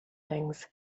things